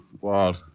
Walt